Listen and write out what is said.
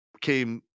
came